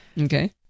Okay